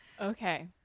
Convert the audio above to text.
okay